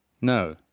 no